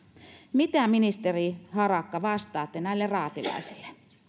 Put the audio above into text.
mitä ministeri harakka vastaatte näille raatilaisille